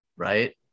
right